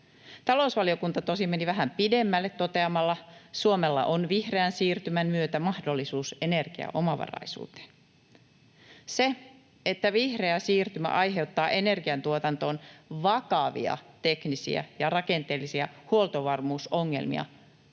Talousvaliokunta tosin meni vähän pidemmälle toteamalla: ”Suomella on vihreän siirtymän myötä mahdollisuus energiaomavaraisuuteen.” Se, että vihreä siirtymä aiheuttaa energiantuotantoon vakavia teknisiä ja rakenteellisia huoltovarmuus-ongelmia,